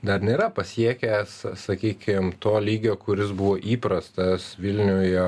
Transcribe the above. dar nėra pasiekęs sakykim to lygio kuris buvo įprastas vilniuje